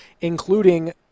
including